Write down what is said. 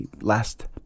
last